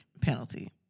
penalty